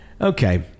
Okay